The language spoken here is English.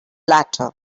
latter